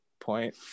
point